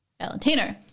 Valentino